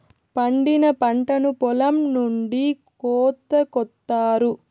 పండిన పంటను పొలం నుండి కోత కొత్తారు